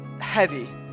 heavy